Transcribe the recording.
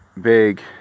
big